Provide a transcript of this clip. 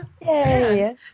Yay